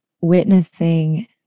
witnessing